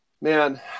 Man